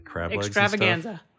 extravaganza